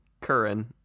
curran